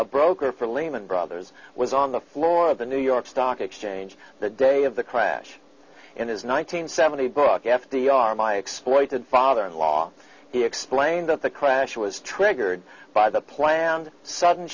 a broker for lehman brothers was on the floor of the new york stock exchange the day of the crash in his nine hundred seventy book f d r my exploited father in law he explained that the crash was triggered by the planned sudden